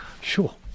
sure